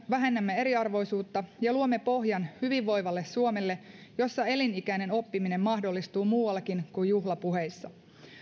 vähennämme eriarvoisuutta ja luomme pohjan hyvinvoivalle suomelle jossa elinikäinen oppiminen mahdollistuu muuallakin kuin juhlapuheissa